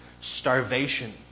starvation